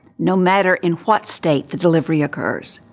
no matter in what state the delivery occurs.